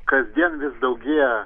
kasdien vis daugėja